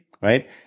right